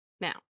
now